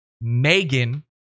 Megan